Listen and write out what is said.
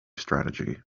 strategy